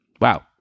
Wow